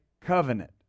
covenant